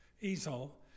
easel